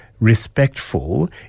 respectful